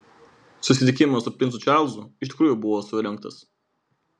susitikimas su princu čarlzu iš tikrųjų buvo surengtas